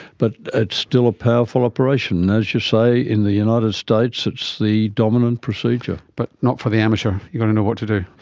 but it ah still a powerful operation. as you say, in the united states it's the dominant procedure. but not for the amateur, you've got to know what to do.